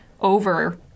over